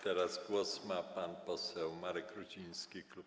Teraz głos ma pan poseł Marek Ruciński, klub